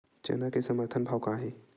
चना के समर्थन भाव का हे?